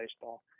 baseball